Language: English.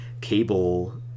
Cable